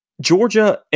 Georgia